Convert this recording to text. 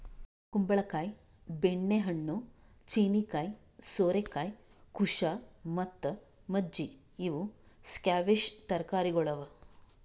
ಕುಂಬಳ ಕಾಯಿ, ಬೆಣ್ಣೆ ಹಣ್ಣು, ಚೀನೀಕಾಯಿ, ಸೋರೆಕಾಯಿ, ಕುಶಾ ಮತ್ತ ಮಜ್ಜಿ ಇವು ಸ್ಕ್ವ್ಯಾಷ್ ತರಕಾರಿಗೊಳ್ ಅವಾ